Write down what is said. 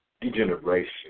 degeneration